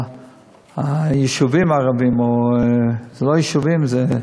ליישובים הערביים, או לא יישובים, זה,